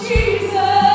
Jesus